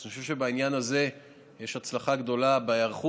אז אני חושב שבעניין הזה יש הצלחה גדולה בהיערכות